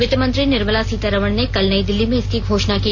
वित्त मंत्री निर्मला सीतारामण ने कल नई दिल्ली में इसकी घोषणा की